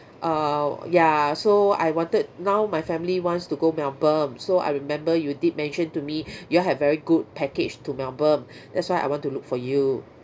err ya so I wanted now my family wants to go melbourne so I remember you did mention to me you all have very good package to melbourne that's why I want to look for you